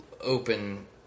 open